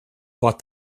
bought